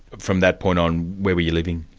from that point on, where were you living?